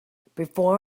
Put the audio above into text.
before